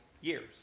years